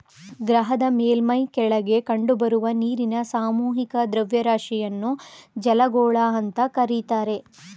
ಗ್ರಹದ ಮೇಲ್ಮೈ ಕೆಳಗೆ ಕಂಡುಬರುವ ನೀರಿನ ಸಾಮೂಹಿಕ ದ್ರವ್ಯರಾಶಿಯನ್ನು ಜಲಗೋಳ ಅಂತ ಕರೀತಾರೆ